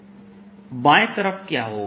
s l0I2πlns बाएं तरफ क्या होगा